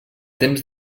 temps